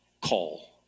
call